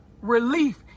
relief